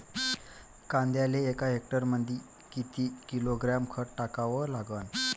कांद्याले एका हेक्टरमंदी किती किलोग्रॅम खत टाकावं लागन?